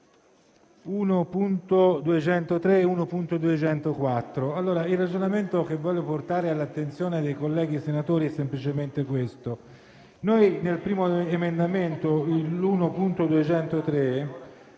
1.203 e 1.204, il ragionamento che voglio portare all'attenzione dei colleghi senatori è semplicemente questo: con l'emendamento 1.203